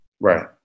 Right